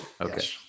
Okay